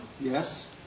Yes